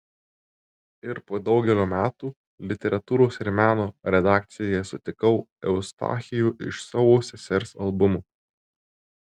ir po daugelio metų literatūros ir meno redakcijoje sutikau eustachijų iš savo sesers albumo